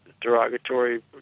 derogatory